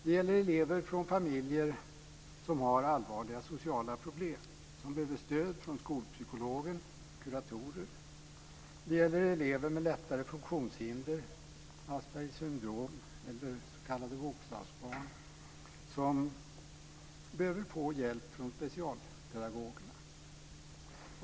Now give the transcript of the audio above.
Det gäller elever från familjer som har allvarliga sociala problem som behöver stöd från skolpsykologer och kuratorer. Det gäller elever med lättare funktionshinder, t.ex. Aspergers syndrom eller s.k. bokstavsbarn, som behöver få hjälp från specialpedagog.